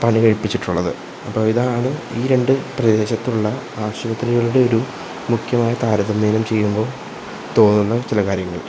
പണികഴിപ്പിച്ചിട്ടുള്ളത് അപ്പോള് ഇതാണ് ഈ രണ്ടു പ്രദേശത്തുമുള്ള ആശുപത്രികളുടെ ഒരു മുഖ്യമായി താരതമ്യം ചെയ്യുമ്പോള് തോന്നുന്ന ചില കാര്യങ്ങൾ